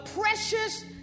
precious